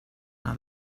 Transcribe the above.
una